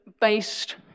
based